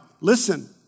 Listen